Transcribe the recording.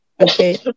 okay